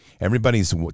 Everybody's